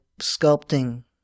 sculpting